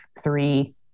three